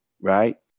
right